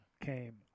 came